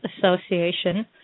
association